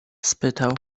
spytał